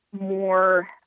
more